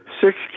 Six